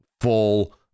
full